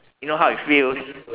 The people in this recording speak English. you know how it feels